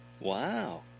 Wow